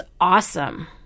awesome